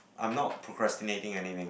I'm not procrastinating any name